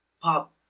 pop